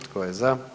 Tko je za?